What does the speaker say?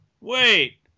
Wait